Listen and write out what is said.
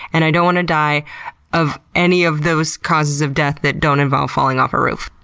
and i don't wanna die of any of those causes of death that don't involve falling off a roof.